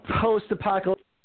post-apocalyptic